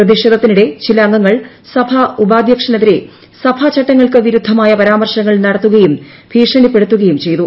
പ്രതിഷേധത്തിനിടെ ചില അംഗങ്ങൾ സഭാ ഉപാധ്യക്ഷനെതിരെ സഭാചട്ടങ്ങൾക്ക് വിരുദ്ധമായ പരാമർശങ്ങൾ നടത്തുകയും ഭീഷണിപ്പെടുത്തുകയും ചെയ്തു